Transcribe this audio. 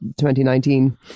2019